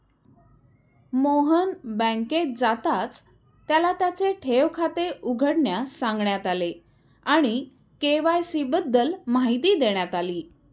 मोहन बँकेत जाताच त्याला त्याचे ठेव खाते उघडण्यास सांगण्यात आले आणि के.वाय.सी बद्दल माहिती देण्यात आली